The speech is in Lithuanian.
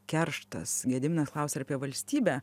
kerštas gediminas klausia ir apie valstybę